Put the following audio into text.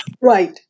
Right